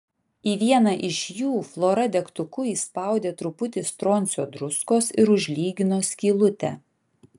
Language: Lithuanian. į vieną iš jų flora degtuku įspaudė truputį stroncio druskos ir užlygino skylutę